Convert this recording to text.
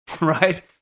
right